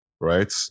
right